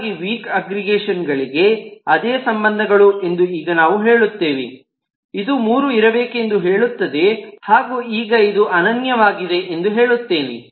ಹಾಗಾಗಿ weak aggregation ಗಳಿಗೆ ಅದೇ ಸಂಬಂಧಗಳು ಎಂದು ಈಗ ನಾವು ಹೇಳುತ್ತೇವೆ ಇದು ಮೂರು ಇರಬೇಕೆಂದು ಹೇಳುತ್ತದೆ ಹಾಗೂ ಈಗ ಇದು ಅನನ್ಯವಾಗಿದೆ ಎಂದು ಹೇಳುತ್ತೇವೆ